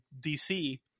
DC